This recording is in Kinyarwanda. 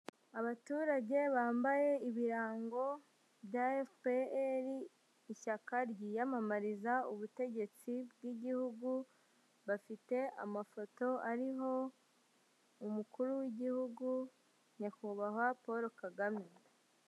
Abaturage bambaye ibirango bya FPR, ishyaka ryiyamamariza ubutegetsi bw'igihugu, bafite amafoto ariho umukuru w'igihugu Nyakubahwa Paul Kagame.